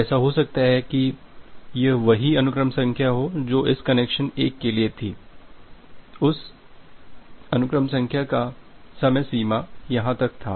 तो ऐसा है कि यह वही अनुक्रम संख्या है जो इस कनेक्शन 1 के लिए थी उस अनुक्रम संख्या का समय सीमा यहां तक था